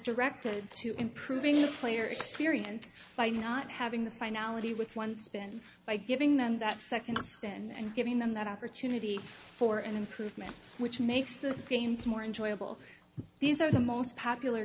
directed to improving the player experience by not having the finality with one spin by giving them that second skin and giving them that opportunity for an improvement which makes the games more enjoyable these are the most popular